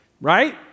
right